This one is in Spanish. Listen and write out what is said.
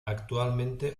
actualmente